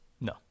No